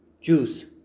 Juice